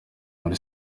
muri